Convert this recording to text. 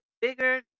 bigger